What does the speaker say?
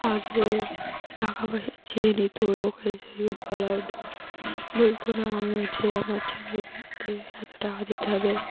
আগে টাকা পয়সা চেয়ে নিত ওই ওকে যদি বলা হয় দেওয়া বলত না হচ্ছে আমার ছেলের বিয়েতে এত টাকা দিতে হবে